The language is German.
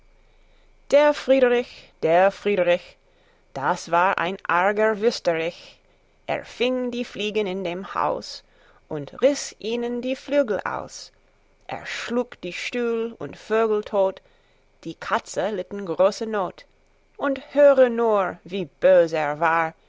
der friederich der friederich das war ein arger wüterich er fing die fliegen in dem haus und riß ihnen die flügel aus er schlug die stühl und vögel tot die katzen litten große not und höre nur wir bös er war